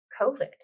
COVID